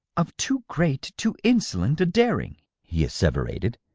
of too great, too insolent a daring, he asseverated,